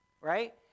right